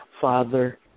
Father